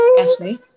Ashley